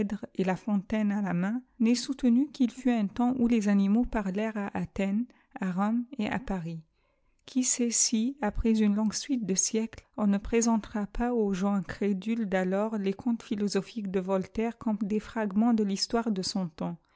et lafontaine à la main n ait soutenu qu'il fut un temps où les animaux parlèrent à athènes à rome et à paris qui sait si après une longue suite de siècles on ne présentera pas aux gens crédules d alors les contes philosophiques de voltaire comme des fragments de ihistoire de son temps